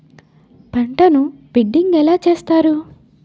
పంటను బిడ్డింగ్ ఎలా చేస్తారు?